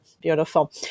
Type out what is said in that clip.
beautiful